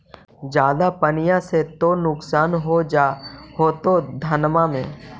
ज्यादा पनिया से तो नुक्सान हो जा होतो धनमा में?